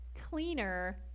cleaner